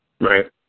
Right